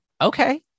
Okay